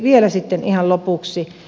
vielä sitten ihan lopuksi